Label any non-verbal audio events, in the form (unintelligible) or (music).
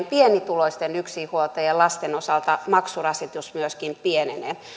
(unintelligible) pienituloisten yksinhuoltajien lasten osalta maksurasitus myöskin pienenee